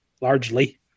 largely